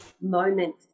moment